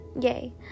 Yay